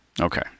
okay